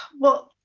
well,